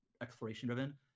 exploration-driven